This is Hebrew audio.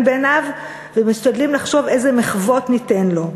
בעיניו ומשתדלים לחשוב איזה מחוות ניתן לו.